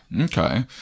Okay